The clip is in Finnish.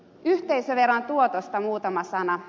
yhteisöveron tuotosta muutama sana